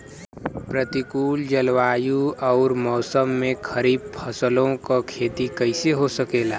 प्रतिकूल जलवायु अउर मौसम में खरीफ फसलों क खेती कइसे हो सकेला?